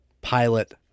pilot